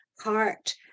heart